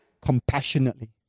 compassionately